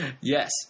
Yes